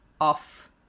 off